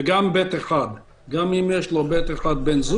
וגם אם יש לו בן זוג,